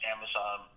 Amazon